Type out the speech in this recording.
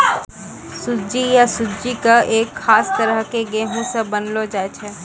सूजी या सुज्जी कॅ एक खास तरह के गेहूँ स बनैलो जाय छै